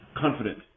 confident